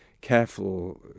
careful